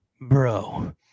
Bro